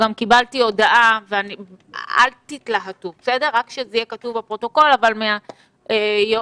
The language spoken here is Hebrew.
אמרתי אלפי פעמים בתקשורת ובכל המקומות